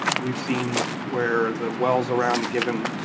we've seen where the wells around to give them.